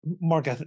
Mark